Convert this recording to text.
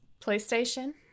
PlayStation